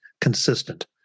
consistent